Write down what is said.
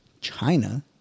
China